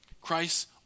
Christ